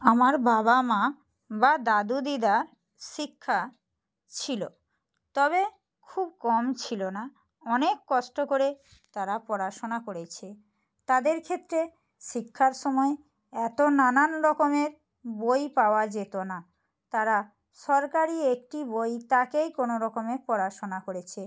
আমার বাবা মা বা দাদু দিদার শিক্ষা ছিলো তবে খুব কম ছিলো না অনেক কষ্ট করে তারা পড়াশোনা করেছে তাদের ক্ষেত্রে শিক্ষার সময় এতো নানান রকমের বই পাওয়া যেতো না তারা সরকারি একটি বই তাকেই কোনো রকমে পড়াশোনা করেছে